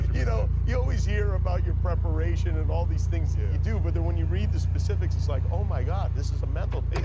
you know you always hear about your preparation and all these things yeah you do. but when you read the specifics it's like oh, my god, this is a mental patient.